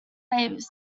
late